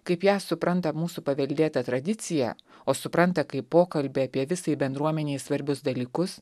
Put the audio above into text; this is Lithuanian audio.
kaip ją supranta mūsų paveldėta tradicija o supranta kaip pokalbį apie visai bendruomenei svarbius dalykus